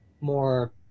more